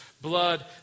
blood